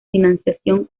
financiación